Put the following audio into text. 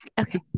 Okay